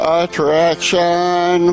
attraction